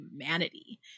humanity